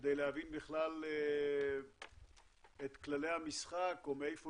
כדי להבין בכלל את כללי המשחק ומאיפה